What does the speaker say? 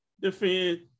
defend